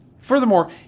furthermore